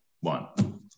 one